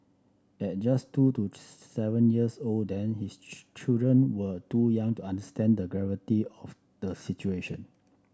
at just two to seven years old then his children were too young to understand the gravity of the situation